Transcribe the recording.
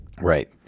Right